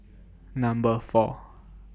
Number four